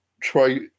try